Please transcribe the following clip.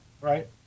right